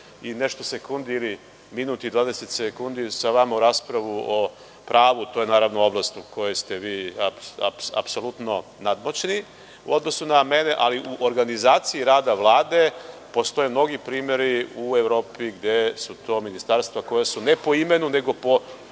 i 20 sekundi ulazim sa vama u raspravu o pravu. To je naravno oblast u kojoj ste vi apsolutno nadmoćni u odnosu na mene.U organizaciji rada Vlade postoje mnogi primeri u Evropi gde su to ministarstva koja su ne po imenu, nego su